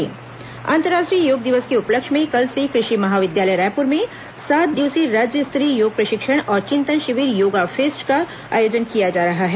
योग दिवस योगाफेस्ट अंतर्राष्ट्रीय योग दिवस के उपलक्ष्य में कल से कृषि महाविद्यालय रायपुर में सात दिवसीय राज्य स्तरीय योग प्रशिक्षण और चिंतन शिविर योगाफेस्ट का आयोजन किया जा रहा है